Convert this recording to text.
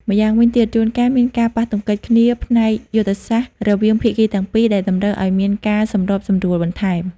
ម្យ៉ាងវិញទៀត ជួនកាលមានការប៉ះទង្គិចគ្នាផ្នែកយុទ្ធសាស្ត្ររវាងភាគីទាំងពីរ ដែលតម្រូវឲ្យមានការសម្របសម្រួលបន្ថែម។